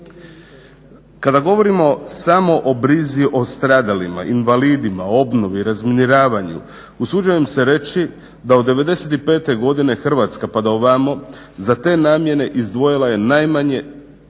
Kada govorimo samo o brizi o stradalima, invalidima, obnovi, razminiravanju usuđujem se reći da od '95.godine Hrvatska pa do ovamo za te namjene izdvojila je najmanje sredstava